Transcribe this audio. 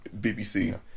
BBC